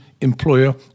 employer